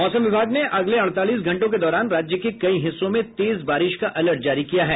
मौसम विभाग ने अगले अड़तालीस घंटों के दौरान राज्य के कई हिस्सों में तेज बारिश का अलर्ट जारी किया है